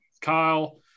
Kyle